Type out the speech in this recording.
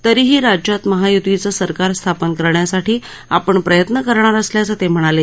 तरीही राज्यात महाय्तीचं सरकार स्थापन करण्यासाठी आपण प्रयत्न करणार असल्याचं ते म्हणाले